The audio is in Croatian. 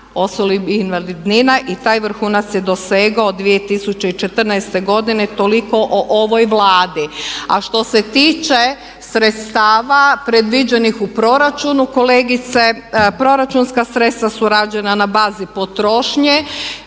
i taj vrhunac je dosegao 2014. godine. Toliko o ovoj Vladi. A što se tiče sredstava predviđenih u proračunu kolegice proračunska sredstva su rađena na bazi potrošnje